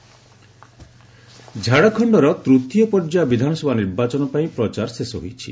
Jharkhand election ଝାଡ଼ଖଣ୍ଡର ତୃତୀୟ ପର୍ଯ୍ୟାୟ ବିଧାନସଭା ନିର୍ବାଚନ ପାଇଁ ପ୍ରଚାର ଶେଷ ହୋଇଛି